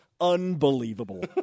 unbelievable